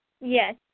Yes